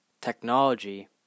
technology